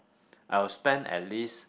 I will spend at least